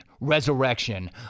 Resurrection